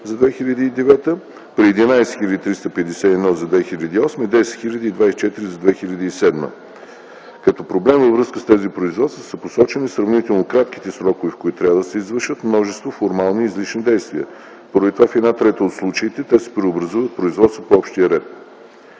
за 2009 г. при 11 хил. 351 за 2008 г. и 10 хил. 024 за 2007 г. Като проблем във връзка с тези производства са посочени сравнително кратките срокове, в които трябва да се извършат множество формални и излишни действия. Поради това в 1/3 от случаите те се преобразуват в производства по общия ред.